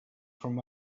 from